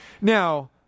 Now